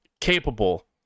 capable